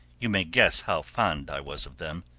you may guess how fond i was of them,